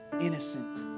innocent